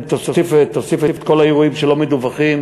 אם תוסיף את כל האירועים שלא מדווחים,